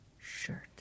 shirt